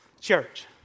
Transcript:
church